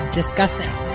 discussing